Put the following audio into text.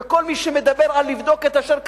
וכל מי שמדבר על לבדוק את אשר קרה,